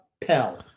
Pell